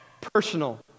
personal